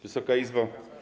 Wysoka Izbo!